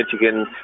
Michigan